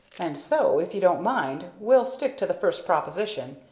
and so, if you don't mind, we'll stick to the first proposition.